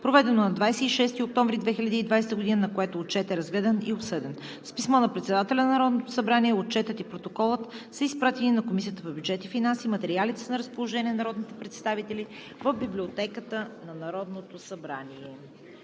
проведено на 26 октомври 2020 г., на което Отчетът е разгледан и обсъден. С писмо на председателя на Народното събрание Отчетът и Протоколът са изпратени на Комисията по бюджет и финанси. Материалите са на разположение на народните представители в Библиотеката на Народното събрание.